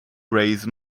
raise